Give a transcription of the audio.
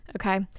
okay